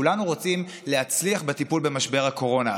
כולנו רוצים להצליח בטיפול במשבר הקורונה.